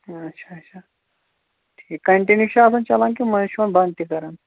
اَچھا اَچھا ٹھیٖک کَنٹِنیٛوٗ چھا آسان چَلان کہِ مٔنٛزۍ چھِہون بنٛد تہِ کَران